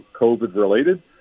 COVID-related